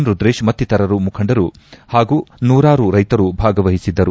ರುದ್ರೇತ್ ಮತ್ತಿತರರು ಮುಖಂಡರು ಹಾಗೂ ನೂರಾರು ರೈತರು ಭಾಗವಹಿಸಿದ್ದಾರೆ